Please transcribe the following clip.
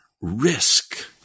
risk